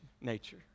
nature